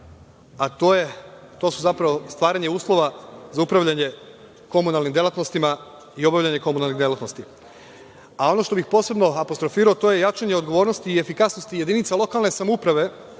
a to je zapravo stvaranje uslova za upravljanje komunalnim delatnostima i obavljanje komunalnih delatnosti. Ono što bih posebno apostrofirao, to je jačanje odgovornosti i efikasnosti jedinica lokalne samouprave